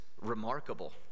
remarkable